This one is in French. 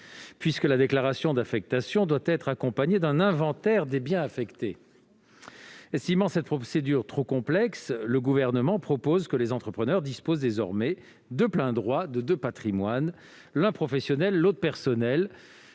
puisque la déclaration d'affectation doit être accompagnée d'un inventaire des biens affectés. Estimant cette procédure trop complexe, le Gouvernement propose que les entrepreneurs disposent désormais de plein droit de deux patrimoines, l'un professionnel, l'autre personnel,